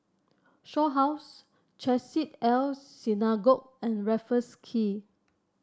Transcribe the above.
Shaw House Chesed El Synagogue and Raffles Quay